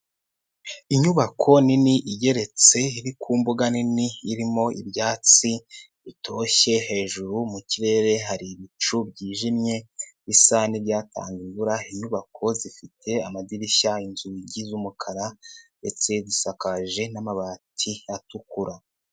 Inyubako nini igeretse iri ku mbuga nini, irimo ibyatsi bitoshye, hejuru mu kirere hari ibicu byijimye bisa n'ibyatanze imvuru, inyubako zifite amadirishya, inzugi z'umukara ndetse zisakaje n'amabati atukura.